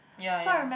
ya ya